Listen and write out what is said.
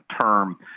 term